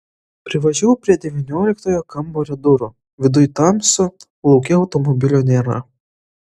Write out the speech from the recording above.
privažiavau prie devynioliktojo kambario durų viduj tamsu lauke automobilio nėra